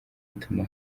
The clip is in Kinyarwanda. ituma